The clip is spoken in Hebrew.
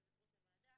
נכון?